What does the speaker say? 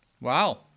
Wow